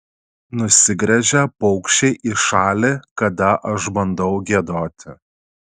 nusigręžia paukščiai į šalį kada aš bandau giedoti